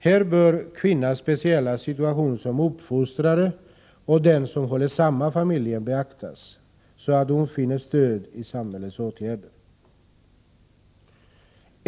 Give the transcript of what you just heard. Här bör kvinnans speciella situation som uppfostrare och den som håller samman familjen beaktas, så att hon finner stöd i samhällets åtgärder.